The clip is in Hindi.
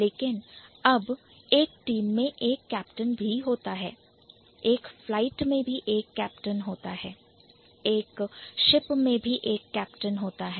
लेकिन अब एक टीम में एक कैप्टन भी होता है एक Flight फ्लाइट में भी एक कैप्टन होता है एक Ship मैं भी एक कैप्टन होता है